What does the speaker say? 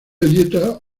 dieta